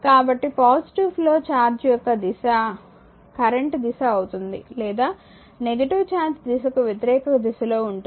కాబట్టి positive flow charge యొక్క దిశ కరెంట్ దిశ అవుతుంది లేదా నెగిటివ్ ఛార్జ్ దిశకు వ్యతిరేక దిశలో ఉంటుంది